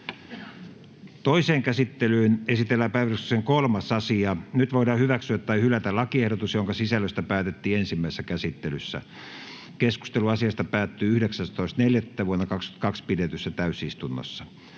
Toiseen käsittelyyn esitellään päiväjärjestyksen 3. asia. Nyt voidaan hyväksyä tai hylätä lakiehdotus, jonka sisällöstä päätettiin ensimmäisessä käsittelyssä. Keskustelu asiasta päättyi 19.4.2022 pidetyssä täysistunnossa.